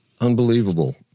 Unbelievable